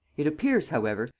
it appears, however,